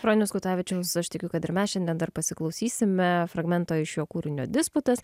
bronius kutavičiaus aš tikiu kad ir mes šiandien dar pasiklausysime fragmento iš jo kūrinio disputas